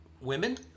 women